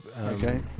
Okay